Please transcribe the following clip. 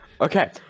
okay